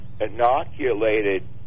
inoculated